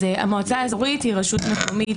המועצה האזורית היא רשות מקומית